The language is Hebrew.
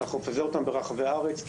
נפזר אותם ברחבי הארץ.